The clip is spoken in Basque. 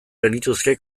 genituzke